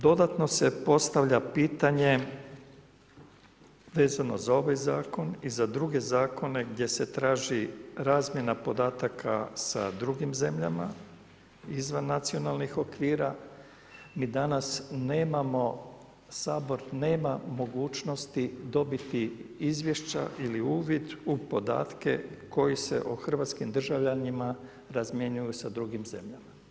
Dodatno se postavlja pitanje vezano za ovaj zakon i za druge zakone gdje se traži razmjena podataka sa drugim zemljama izvan nacionalnih okvira, mi danas nemamo, Sabor nema mogućnosti dobiti izvješća ili uvid u podatke koji se o hrvatskim državljanima razmjenjuju sa drugim zemljama.